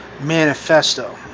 manifesto